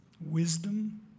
Wisdom